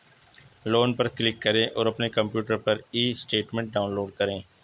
loan पर click करें और अपने कंप्यूटर पर ई स्टेटमेंट डाउनलोड करें